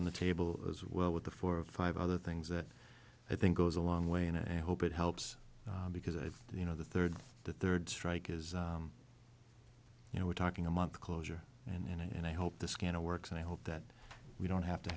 on the table as well with the four or five other things that i think goes a long way and i hope it helps because i you know the third the third strike is you know we're talking a month closure and i hope the scandal works and i hope that we don't have to